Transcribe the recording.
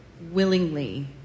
willingly